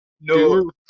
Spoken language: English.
No